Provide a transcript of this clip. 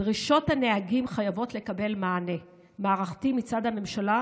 דרישות הנהגים חייבות לקבל מענה מערכתי מצד הממשלה,